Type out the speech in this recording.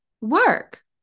work